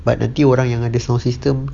but nanti orang yang ada sound system